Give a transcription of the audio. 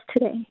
today